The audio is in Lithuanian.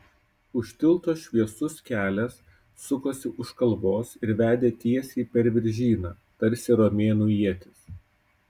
už tilto šviesus kelias sukosi už kalvos ir vedė tiesiai per viržyną tarsi romėnų ietis